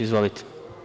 Izvolite.